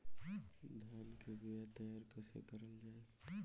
धान के बीया तैयार कैसे करल जाई?